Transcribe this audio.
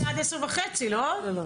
פרסמו עד 10:30, לא?